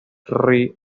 rin